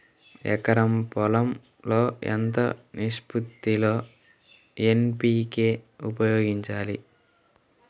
ఎకరం పొలం లో ఎంత నిష్పత్తి లో ఎన్.పీ.కే ఉపయోగించాలి?